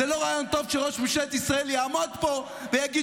זה לא רעיון טוב שראש ממשלת ישראל יעמוד פה ויגיד